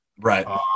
Right